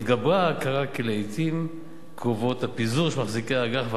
התגברה ההכרה שלעתים קרובות הפיזור של מחזיקי האג"ח